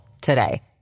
today